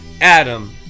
Adam